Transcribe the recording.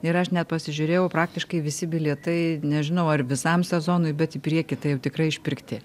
ir aš net pasižiūrėjau praktiškai visi bilietai nežinau ar visam sezonui bet į priekį tai tikrai išpirkti